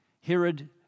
Herod